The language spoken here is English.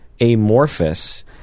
amorphous